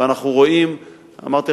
אמרתי לך,